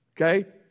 Okay